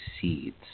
seeds